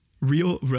real